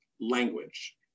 Language